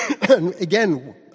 Again